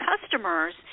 customers